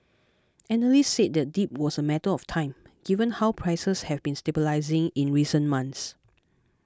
analysts said the dip was a matter of time given how prices have been stabilising in recent months